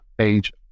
age